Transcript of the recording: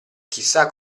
chissà